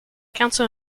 council